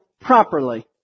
properly